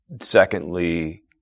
Secondly